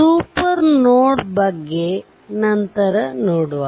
super node ಬಗ್ಗೆ ನಂತರ ನೋಡುವ